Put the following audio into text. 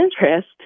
interest